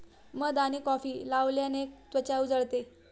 मध आणि कॉफी लावल्याने त्वचा उजळते